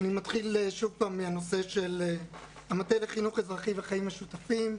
אתחיל מן הנושא של המטה לחינוך אזרחי וחיים משותפים.